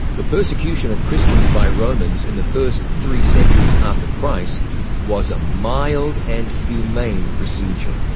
the persecution of christians by romans in the first three centuries after christ was a mild and humane procedure.